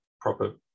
proper